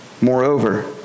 Moreover